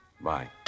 Bye